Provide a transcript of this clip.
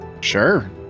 Sure